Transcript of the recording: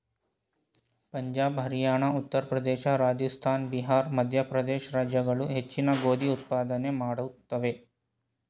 ಪಂಜಾಬ್ ಹರಿಯಾಣ ಉತ್ತರ ಪ್ರದೇಶ ರಾಜಸ್ಥಾನ ಬಿಹಾರ್ ಮಧ್ಯಪ್ರದೇಶ ರಾಜ್ಯಗಳು ಹೆಚ್ಚಿನ ಗೋಧಿ ಉತ್ಪಾದನೆ ಮಾಡುತ್ವೆ